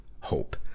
hope